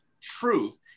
truth